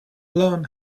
long